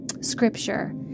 scripture